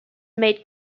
made